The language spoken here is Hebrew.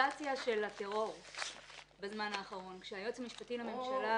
פליליזציה של הטרור בזמן האחרון כשהיועץ המשפטי לממשלה